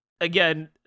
again